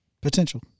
potential